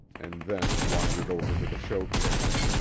and then wandered over to the showcase.